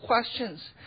questions